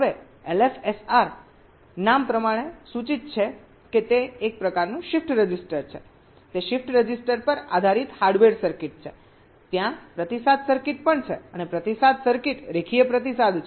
હવે એલએફએસઆર નામ પ્રમાણે સૂચિત છે કે તે એક પ્રકારનું શિફ્ટ રજિસ્ટર છેતે શિફ્ટ રજિસ્ટર પર આધારિત હાર્ડવેર સર્કિટ છે ત્યાં પ્રતિસાદ સર્કિટ પણ છે અને પ્રતિસાદ સર્કિટ રેખીય પ્રતિસાદ છે